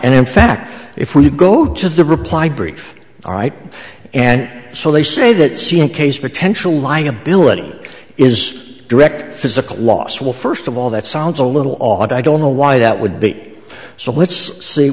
and in fact if you go to the reply brief all right and so they say that see in case potential liability is direct physical loss will first of all that sounds a little odd i don't know why that would beat so let's see